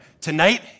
tonight